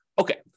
Okay